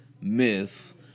myths